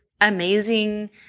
amazing